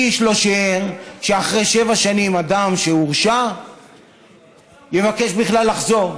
איש לא שיער שאחרי שבע שנים אדם שהורשע יבקש בכלל לחזור.